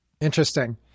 Interesting